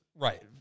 Right